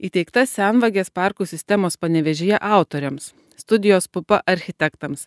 įteikta senvagės parkų sistemos panevėžyje autoriams studijos pupa architektams